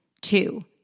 Two